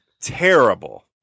Terrible